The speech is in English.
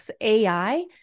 AI